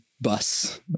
bus